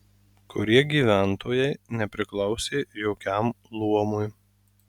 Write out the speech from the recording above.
kurie gyventojai nepriklausė jokiam luomui